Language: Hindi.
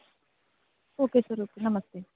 ओक्के सर ओके नमस्ते